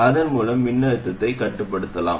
அதன் மூலம் மின்னழுத்தத்தைக் கட்டுப்படுத்தலாம்